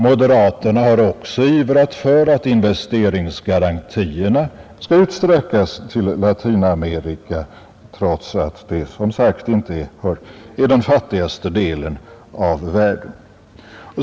Moderaterna har också ivrat för att investeringsgarantierna skall utsträckas till Latinamerika, trots att det som sagt inte är den fattigaste delen av världen.